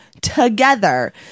together